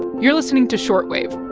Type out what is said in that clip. you're listening to short wave